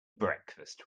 breakfast